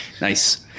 Nice